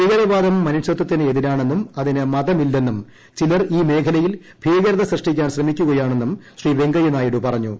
ഭീകരവാദം മനുഷ്യത്തിന് എതിരാണെന്നും അതിന് മതമില്ലെന്നും ചിലർ ഈ മേഖലയിൽ ഭീകരത സൃഷ്ടിക്കാൻ ശ്രമിക്കുകയാണെന്നും ശ്രീ വെങ്കയ്യ നായിഡു പറഞ്ഞു